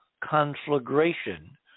conflagration